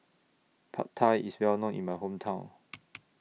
Pad Thai IS Well known in My Hometown